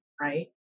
Right